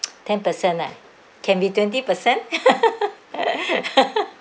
ten percent ah can be twenty percent